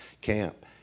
camp